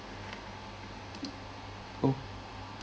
oh